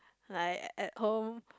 like at home